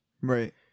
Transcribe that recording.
Right